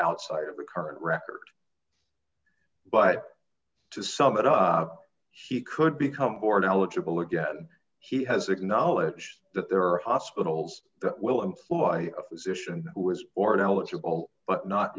outside of the current record but to sum it up he could become board eligible again he has acknowledged that there are hospitals that will employ a physician who is already eligible but not